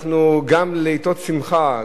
גם בעתות שמחה,